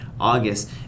August